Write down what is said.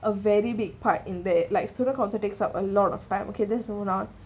a very big part in their like student council takes up a lot of time okay that's not